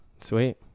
Sweet